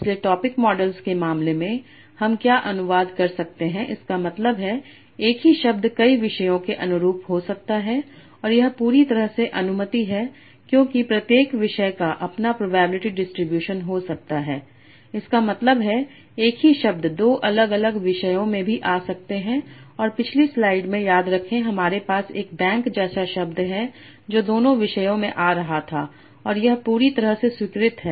इसलिए topic models के मामले में हम क्या अनुवाद कर सकते हैं इसका मतलब है एक ही शब्द कई विषयों के अनुरूप हो सकता है और यह पूरी तरह से अनुमति है क्योंकि प्रत्येक विषय का अपना प्रोबेबिलिटी डिस्ट्रीब्यूशन हो सकता है इसका मतलब है एक ही शब्द 2 अलग अलग विषयों में भी आ सकते हैं और पिछली स्लाइड में याद रखें हमारे पास एक बैंक जैसा शब्द है जो दोनों विषयों में आ रहा था और यह पूरी तरह से स्वीकृत है